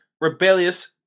rebellious